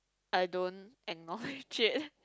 I don't acknowledge it